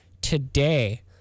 today